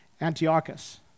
Antiochus